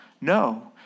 No